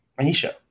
Anisha